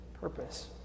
purpose